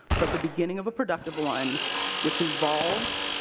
but the beginning of a productive one which involves,